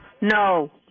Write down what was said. No